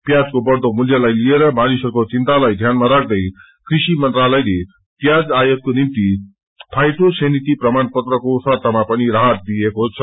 प्याजको बढ़दो मूल्यलाई लिएर मानिसहरूको चिन्ताालाई ध्यानमा राख्दै कृषि मंत्रालयले प्याज आयातको निम्ति फाइटोसेनिटी प्रमाण पत्रको शर्तमा पनि राहत दिएको छ